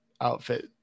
outfit